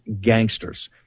gangsters